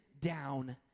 down